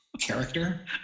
character